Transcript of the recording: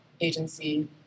agency